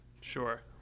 Sure